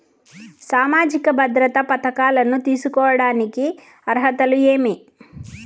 సామాజిక భద్రత పథకాలను తీసుకోడానికి అర్హతలు ఏమి?